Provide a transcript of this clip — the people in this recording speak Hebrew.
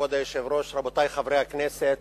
כבוד היושב-ראש, רבותי חברי הכנסת,